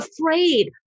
afraid